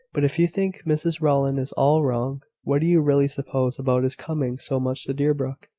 but if you think mrs rowland is all wrong, what do you really suppose about his coming so much to deerbrook?